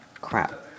Crap